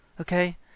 okay